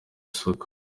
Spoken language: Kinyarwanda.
isoko